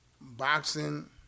boxing